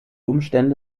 umstände